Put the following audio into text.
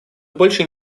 больше